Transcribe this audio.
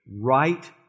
right